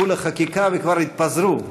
הח"כים לא חיכו לחקיקה וכבר התפזרו.